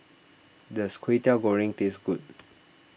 does Kwetiau Goreng taste good